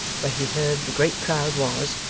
where he heard the great crowd was,